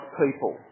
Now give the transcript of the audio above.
people